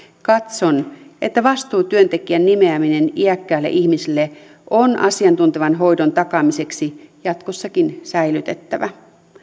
katson että vastuutyöntekijän nimeäminen iäkkäälle ihmiselle on asiantuntevan hoidon takaamiseksi jatkossakin säilytettävä